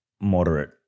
moderate